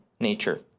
nature